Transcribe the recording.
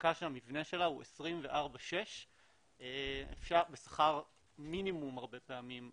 והעסקה שהמבנה שלה הוא 24/6 בשכר מינימום הרבה פעמים,